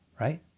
Right